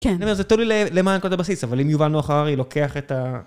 כן. זה תלוי לי למה אני קודם בסיס, אבל אם יובל נח הררי לוקח את ה...